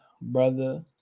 brother